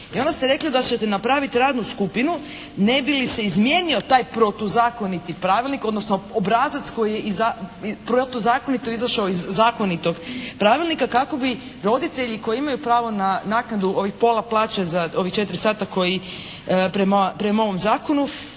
I onda ste rekli da ćete napraviti radnu skupinu ne bi li se izmijenio taj protuzakoniti pravilnik odnosno obrazac koji je protuzakonito izašao iz zakonitog pravilnika kako bi roditelji koji imaju pravo na naknadu ovih pola plaće za ovih 4 sata koji prema ovom zakonu,